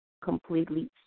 completely